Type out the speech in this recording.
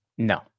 No